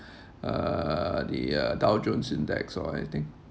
uh the uh dow jones index or anything